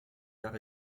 arts